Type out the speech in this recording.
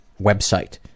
website